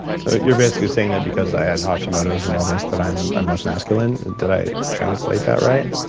so you're basically saying that because i had hashimoto's and all this that i'm i'm less masculine? did i translate that right?